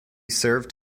served